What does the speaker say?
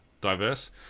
diverse